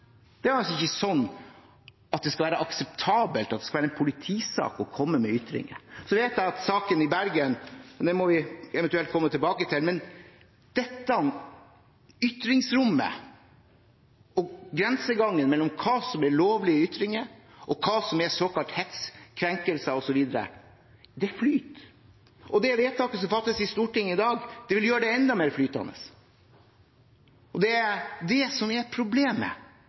Det er altså ikke sånn at det skal være akseptabelt at det skal være en politisak å komme med ytringer. Saken i Bergen må vi eventuelt komme tilbake til. Ytringsrommet og grensegangen mellom hva som er lovlige ytringer og hva som er såkalt hets, krenkelser osv., flyter. Det vedtaket som fattes i Stortinget i dag, vil gjøre det enda mer flytende. Det er det som er problemet.